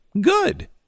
good